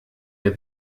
der